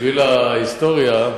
בשביל ההיסטוריה,